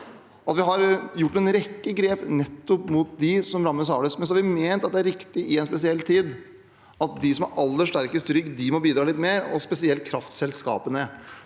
Vi har gjort en rekke grep nettopp for dem som rammes hardest. Så har vi ment at det er riktig i en spesiell tid at de som har aller sterkest rygg, må bidra litt mer – og spesielt kraftselskapene.